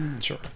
Sure